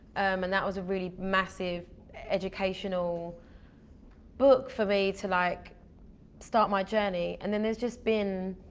um and that was a really massive educational book for me to like start my journey. and then there's just been,